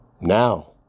Now